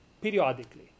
periodically